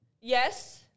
Yes